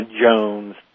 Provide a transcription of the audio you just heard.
Jones